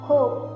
Hope